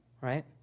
right